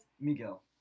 Miguel